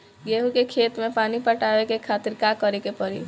गेहूँ के खेत मे पानी पटावे के खातीर का करे के परी?